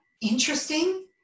interesting